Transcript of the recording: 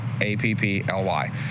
A-P-P-L-Y